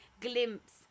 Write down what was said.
glimpse